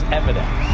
evidence